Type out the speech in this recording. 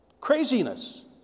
craziness